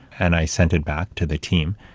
and i sent it back to the team.